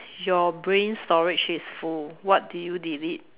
your brain storage is full what do you delete